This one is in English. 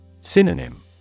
Synonym